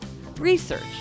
research